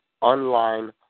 online